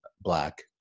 black